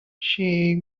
she